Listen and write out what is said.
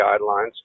guidelines